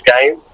game